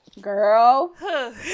girl